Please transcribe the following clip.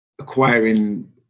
acquiring